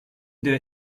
der